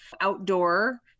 outdoor